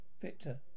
Victor